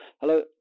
hello